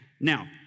now